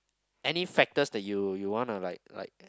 any factors that you you want to like like